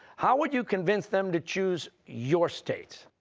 how would you convince them to choose your state?